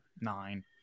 nine